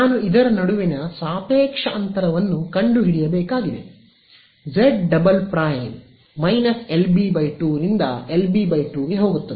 ನಾನು ಇದರ ನಡುವಿನ ಸಾಪೇಕ್ಷ ಅಂತರವನ್ನು ಕಂಡುಹಿಡಿಯಬೇಕಾಗಿದೆ ಜೆಡ್ ಡಬಲ್ ಪ್ರೈಮ್ −LB 2 ರಿಂದ ಎಲ್ಬಿ 2 ಗೆ ಹೋಗುತ್ತದೆ